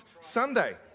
Sunday